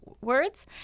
words